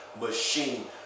machine